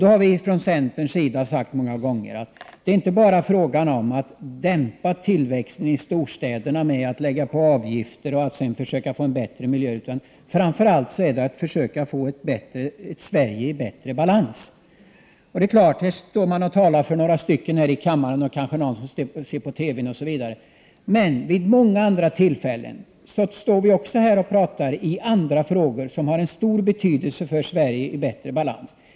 Vi har från centerns sida sagt många gånger att det inte bara är fråga om att dämpa tillväxten i storstäderna genom att lägga på avgifter och försöka få en bättre miljö, utan det gäller framför allt att försöka få Sverige i bättre balans. Här står jag nu och talar inför en nästan tom kammare — kanske någon ser på TV — men vi har också vid många andra tillfällen diskuterat frågor som har betydelse för att få Sverige i bättre balans.